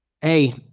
Hey